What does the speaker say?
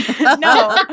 No